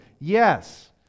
Yes